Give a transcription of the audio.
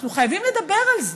אנחנו חייבים לדבר על זה,